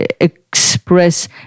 express